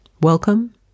Welcome